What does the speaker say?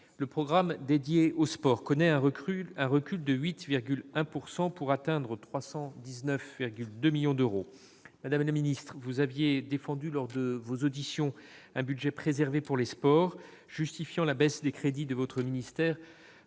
le programme dédié au sport connaît un recul de 8,1 %, pour atteindre 319,2 millions d'euros. Madame la ministre, vous aviez défendu, lors de vos auditions, un budget préservé pour les sports, justifiant la baisse des crédits de votre ministère